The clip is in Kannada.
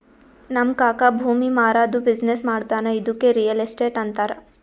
ನಮ್ ಕಾಕಾ ಭೂಮಿ ಮಾರಾದ್ದು ಬಿಸಿನ್ನೆಸ್ ಮಾಡ್ತಾನ ಇದ್ದುಕೆ ರಿಯಲ್ ಎಸ್ಟೇಟ್ ಅಂತಾರ